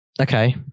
Okay